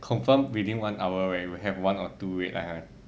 confirm within one hour right will have one or two red line one